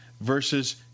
versus